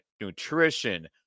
nutrition